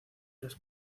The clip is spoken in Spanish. las